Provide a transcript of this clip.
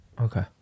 Okay